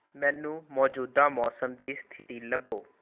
ਮੈਨੂੰ ਮੌਜੂਦਾ ਮੌਸਮ ਦੀ ਸਥਿਤੀ ਲੱਭੋ